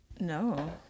no